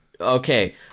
okay